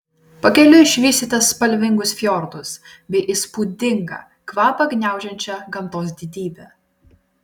pakeliui išvysite spalvingus fjordus bei įspūdingą kvapą gniaužiančią gamtos didybę